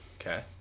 Okay